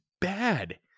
bad